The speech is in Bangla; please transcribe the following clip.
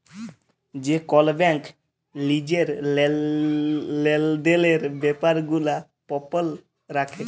যে কল ব্যাংক লিজের লেলদেলের ব্যাপার গুলা গপল রাখে